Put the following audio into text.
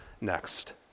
next